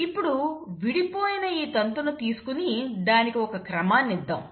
ఇప్పుడు విడిపోయిన ఈ తంతును తీసుకొని దానికి ఒక క్రమాన్ని ఇద్దాం